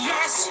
Yes